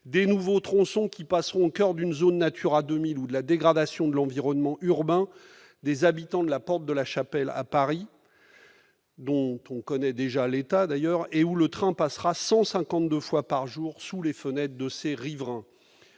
de nouveaux tronçons au coeur d'une zone Natura 2000 ou encore de la dégradation de l'environnement urbain des habitants de la porte de la Chapelle à Paris, dont on connaît déjà l'état actuel et où le train passera 152 fois par jour sous les fenêtres des riverains.